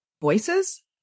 voices